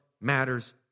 matters